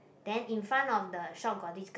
then in front of the shop got this girl